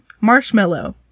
marshmallow